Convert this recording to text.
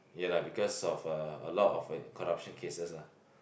ya lah because of a a lot of corruption cases lah